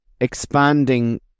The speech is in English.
expanding